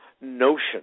notion